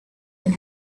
and